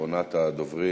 אחרונת הדוברים.